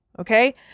Okay